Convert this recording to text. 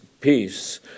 peace